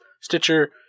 Stitcher